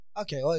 Okay